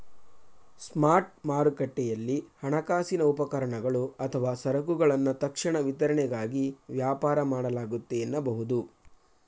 spot ಮಾರುಕಟ್ಟೆಯಲ್ಲಿ ಹಣಕಾಸಿನ ಉಪಕರಣಗಳು ಅಥವಾ ಸರಕುಗಳನ್ನ ತಕ್ಷಣ ವಿತರಣೆಗಾಗಿ ವ್ಯಾಪಾರ ಮಾಡಲಾಗುತ್ತೆ ಎನ್ನಬಹುದು